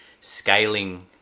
Scaling